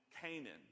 Canaan